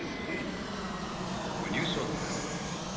um since when you saw the man running